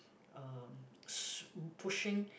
um s~ pushing